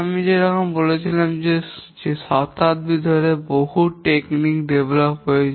আমি যেমন বলছিলাম যে শতাব্দী ধরে বহু টেকনিক উন্নত হয়েছে